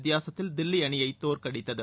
வித்தியாசத்தில் தில்லி அணியை தோற்கடித்தது